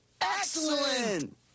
Excellent